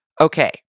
Okay